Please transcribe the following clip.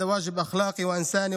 זו חובה מוסרית והומנית,